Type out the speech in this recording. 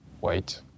Wait